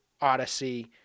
odyssey